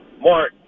Mark